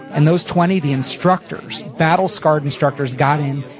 and those twenty, the instructors, battle scarred instructors, got in,